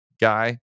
guy